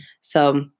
So-